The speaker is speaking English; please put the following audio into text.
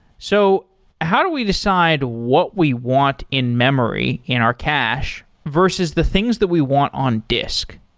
so how do we decide what we want in memory in our cache versus the things that we want on disk?